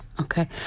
Okay